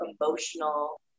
emotional